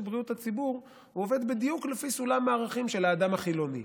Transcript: בריאות הציבור עובד בדיוק לפי סולם הערכים של האדם החילוני.